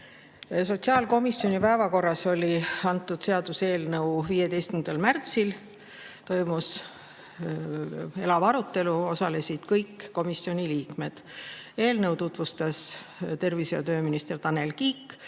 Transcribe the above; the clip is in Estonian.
Sotsiaalkomisjoni päevakorras oli antud seaduseelnõu [14.] märtsil. Toimus elav arutelu, osalesid kõik komisjoni liikmed. Eelnõu tutvustas tervise‑ ja tööminister Tanel Kiik,